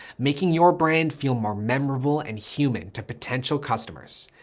making your brand feel more memorable and human to potential customers.